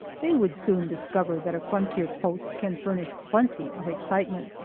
they would soon discover that a frontier post can furnish plenty of excitement.